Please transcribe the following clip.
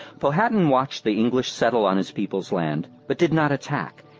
powhatan watched the english settle on his people's land, but did not attack,